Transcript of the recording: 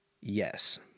Yes